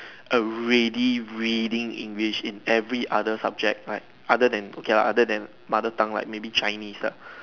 a ready reading English in every other subject right other than okay lah other than mother tongue like maybe Chinese lah